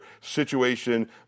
situation